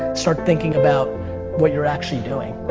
start thinking about what you're actually doing.